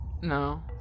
No